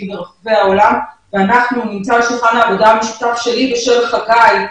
ברחבי העולם וזה נמצא על שולחן העבודה המשותף שלי ושל חגי,